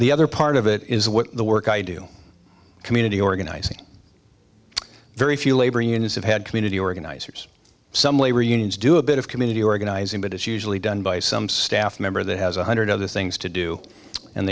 the other part of it is what work i do community organizing very few labor unions have had community organizers some labor unions do a bit of community organizing but it's usually done by some staff member that has one hundred other things to do and